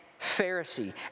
Pharisee